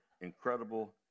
incredible